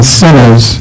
sinners